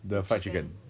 the fried chicken